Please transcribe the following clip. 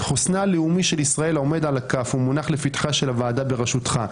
"חוסנה הלאומי של ישראל עומד על הכף ומונח לפתחה של הוועדה בראשותך.